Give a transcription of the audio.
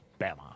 Bama